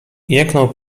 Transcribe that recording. jęknął